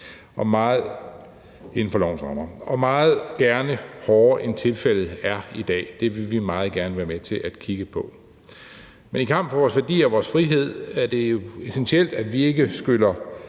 og meget gerne hårdere, end tilfældet er i dag. Det vil vi meget gerne være med til at kigge på. Men i kampen for vores værdier og vores frihed er det jo essentielt, at vi ikke skyller